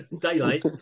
Daylight